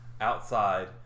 outside